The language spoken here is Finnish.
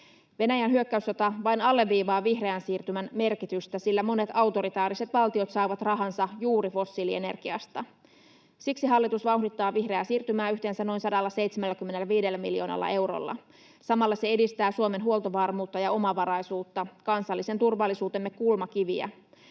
Venäjän hyökkäyssota vain alleviivaa vihreän siirtymän merkitystä, sillä monet autoritaariset valtiot saavat rahansa juuri fossiilienergiasta. Siksi hallitus vauhdittaa vihreää siirtymää yhteensä noin 175 miljoonalla eurolla. Samalla se edistää Suomen huoltovarmuutta ja omavaraisuutta, kansallisen turvallisuutemme kulmakiviä.